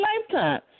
Lifetime